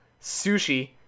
sushi